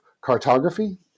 cartography